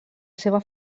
seva